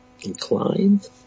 inclined